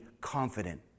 confident